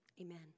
Amen